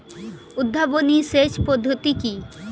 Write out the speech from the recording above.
উদ্ভাবনী সেচ পদ্ধতি কি?